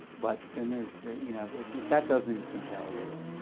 but then there's you know, if that doesn't compel you,